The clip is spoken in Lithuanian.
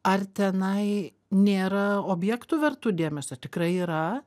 ar tenai nėra objektų vertų dėmesio tikrai yra